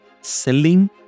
Selling